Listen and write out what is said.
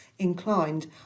inclined